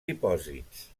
dipòsits